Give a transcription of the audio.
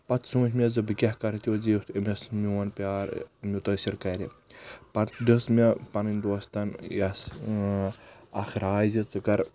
پتہٕ سونٛچ مےٚ زِ بہٕ کیاہ کرٕ تِیُتھ زِ یُتھ أمِس میون پیار مُتٲثر کرِ پتہٕ دِژ مےٚ پنٕنۍ دوستن یۄس اکھ راۓ زِ ژٕ کر